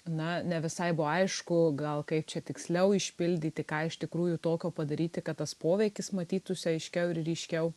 na ne visai buvo aišku gal kaip čia tiksliau išpildyti ką iš tikrųjų tokio padaryti kad tas poveikis matytųsi aiškiau ir ryškiau